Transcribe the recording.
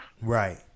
Right